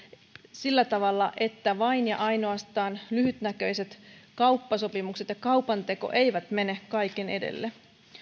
sillä tavalla että vain ja ainoastaan lyhytnäköiset kauppasopimukset ja kaupanteko eivät mene kaiken edelle